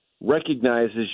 recognizes